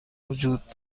وجود